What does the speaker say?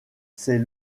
ses